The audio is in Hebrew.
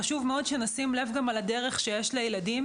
חשוב מאוד שנשים לב גם לדרך שיש לילדים